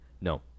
No